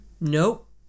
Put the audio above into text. Nope